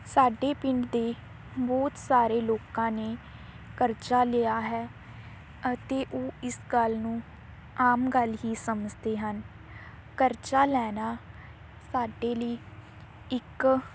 ਸਾਡੇ ਪਿੰਡ ਦੇ ਬਹੁਤ ਸਾਰੇ ਲੋਕਾਂ ਨੇ ਕਰਜ਼ਾ ਲਿਆ ਹੈ ਅਤੇ ਉਹ ਇਸ ਗੱਲ ਨੂੰ ਆਮ ਗੱਲ ਹੀ ਸਮਝਦੇ ਹਨ ਕਰਜ਼ਾ ਲੈਣਾ ਸਾਡੇ ਲਈ ਇੱਕ